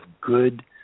good